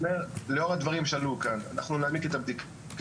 לאור הדברים שעלו כאן אנחנו נעמיק את הבדיקה.